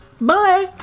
Bye